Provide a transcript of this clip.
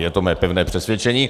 Je to mé pevné přesvědčení.